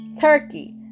turkey